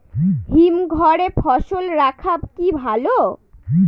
হিমঘরে ফসল রাখা কি ভালো?